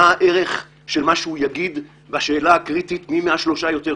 מה הערך של מה הוא יגיד בשאלה הקריטית מי מהשלושה טוב יותר?